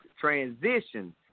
transition